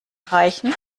reichen